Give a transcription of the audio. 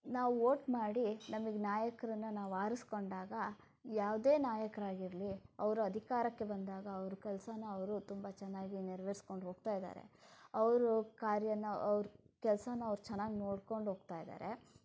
ನಾವು ವೋಟ್ ಮಾಡಿ ನಮಗೆ ನಾಯಕರನ್ನು ನಾವು ಆರಿಸಿಕೊಂಡಾಗ ಯಾವುದೇ ನಾಯಕರಾಗಿರಲಿ ಅವರು ಅಧಿಕಾರಕ್ಕೆ ಬಂದಾಗ ಅವರ ಕೆಲಸಾನ ಅವರು ತುಂಬ ಚೆನ್ನಾಗಿ ನೆರವೇರಿಸಿಕೊಂಡು ಹೋಗ್ತಾಯಿದಾರೆ ಅವರ ಕಾರ್ಯಾನ ಅವರ ಕೆಲಸಾನ ಅವರು ಚೆನ್ನಾಗಿ ನೋಡ್ಕೊಂಡೋಗ್ತಾಯಿದಾರೆ